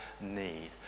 need